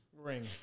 ring